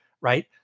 right